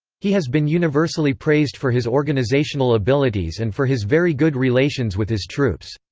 he has been universally praised for his organizational abilities and for his very good relations with his troops.